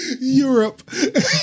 Europe